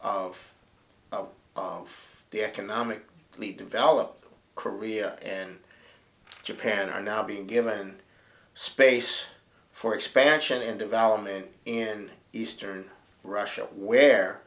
of of the economic elite developed korea and japan are now being given space for expansion and development in eastern russia where